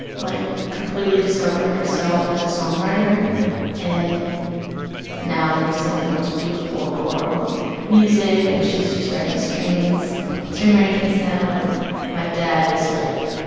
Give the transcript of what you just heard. like, completely discovered herself as a songwriter and now makes, like, the most beautiful choral music. and. she's just writing strings string arrangements now. and my dad is, like,